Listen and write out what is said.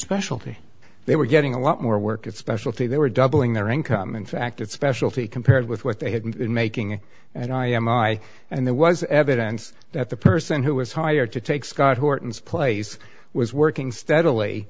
specialty they were getting a lot more work at specialty they were doubling their income in fact that specialty compared with what they had in making and i am i and there was evidence that the person who was hired to take scott horton's place was working